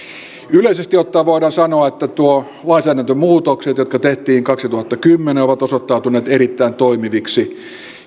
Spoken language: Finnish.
yleisesti ottaen voidaan sanoa että nuo lainsäädäntömuutokset jotka tehtiin kaksituhattakymmenen ovat osoittautuneet erittäin toimiviksi